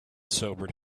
sobered